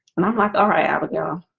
and i'm like, alright, i ah would go